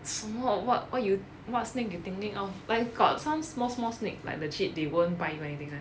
什么 what what you what snake you thinking of like got some small small snake like legit they won't bite you or anything [one]